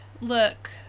look